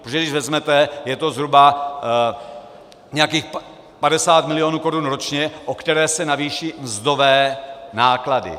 Když to vezmete, je to zhruba nějakých 50 milionů korun ročně, o které se navýší mzdové náklady.